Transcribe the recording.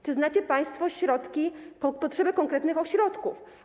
Czy znacie państwo środki, potrzeby konkretnych ośrodków?